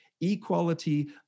equality